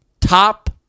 top